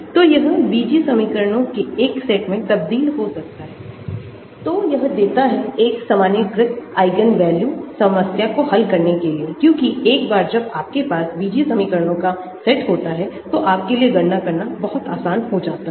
तो यह बीजीय समीकरणों के एक सेट में तब्दील हो सकता है तो यह देता है एक सामान्यीकृत आइजेनवेल्यू समस्या को हल करने के लिए क्योंकि एक बार जब आपके पास बीजीय समीकरणों का सेट होता है तो आपके लिए गणना करना बहुत आसान हो जाता है